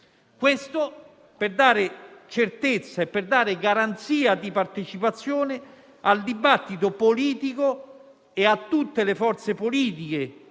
Senato, per dare certezza e garanzia di partecipazione al dibattito politico e a tutte le forze politiche